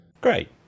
Great